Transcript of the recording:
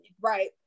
right